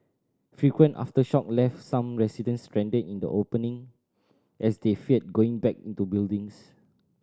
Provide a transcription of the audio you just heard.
frequent aftershock left some residents stranded in the opening as they feared going back into buildings